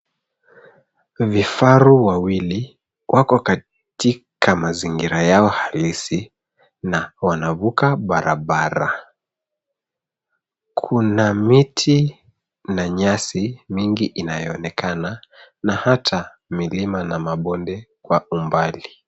Vifaru wawili wako katika mazingira yao halisi na wanavuka barabara. Kuna miti na nyasi mingi inayoonekana na hata milima na mabonde kwa umbali.